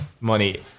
money